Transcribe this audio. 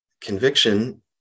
Conviction